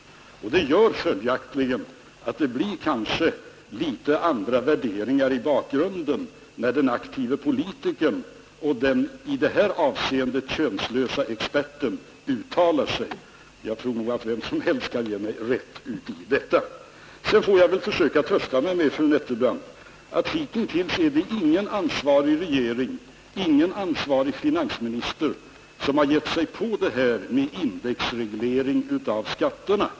Det gör följaktligen att det kanske blir litet olika värderingar i bakgrunden när den aktive politikern och den i det här avseendet könlöse experten uttalar sig; jag tror att vem som helst kan ge mig rätt uti detta. Jag får väl försöka trösta mig, fru Nettelbrandt, med att hitintills ingen ansvarig regering och ingen ansvarig finansminister har gett sig på det här med indexreglering av skatterna.